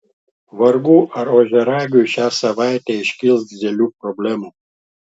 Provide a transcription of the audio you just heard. vargu ar ožiaragiui šią savaitę iškils didelių problemų